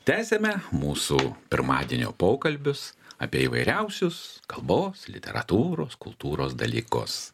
tęsiame mūsų pirmadienio pokalbius apie įvairiausius kalbos literatūros kultūros dalykus